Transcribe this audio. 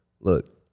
look